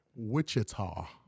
Wichita